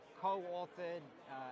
co-authored